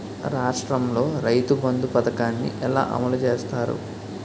రాష్ట్రంలో రైతుబంధు పథకాన్ని ఎలా అమలు చేస్తారు?